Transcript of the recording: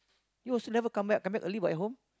you also never come back come back early back home